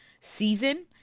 season